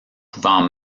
pouvant